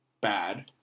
bad